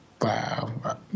Wow